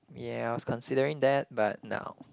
ya I was considering that but now